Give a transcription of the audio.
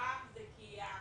פעם זה כי העצור,